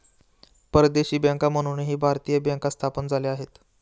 परदेशी बँका म्हणूनही भारतीय बँका स्थापन झाल्या आहेत